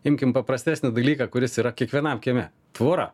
imkim paprastesnį dalyką kuris yra kiekvienam kieme tvora